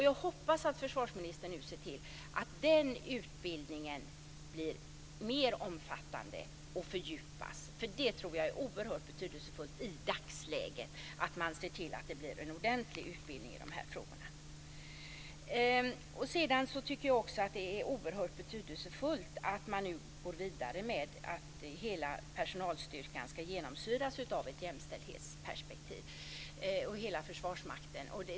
Jag hoppas att försvarsministern nu ser till att den utbildningen blir mer omfattande och fördjupas. Jag tror att det är oerhört betydelsefullt i dagsläget att man ser till att det blir en ordentlig utbildning i de här frågorna. Sedan tycker jag också att det är oerhört betydelsefullt att man nu går vidare med att hela personalstyrkan ska genomsyras av ett jämställdhetperspektiv, hela Försvarsmakten.